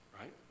right